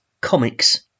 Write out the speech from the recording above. comics